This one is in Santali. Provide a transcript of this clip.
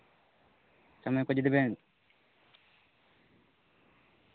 ᱥᱚᱢᱚᱭ ᱠᱚ ᱡᱩᱫᱤ ᱵᱮᱱ